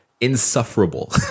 insufferable